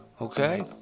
okay